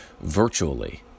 virtually